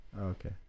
Okay